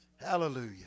Hallelujah